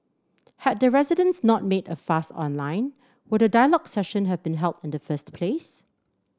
had the residents not made a fuss online would a dialogue session have been held in the first place